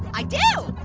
i do.